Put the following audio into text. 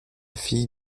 fille